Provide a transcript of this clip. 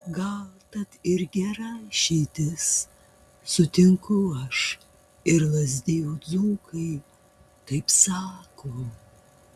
gal tat ir gera išeitis sutinku aš ir lazdijų dzūkai taip sako